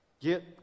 get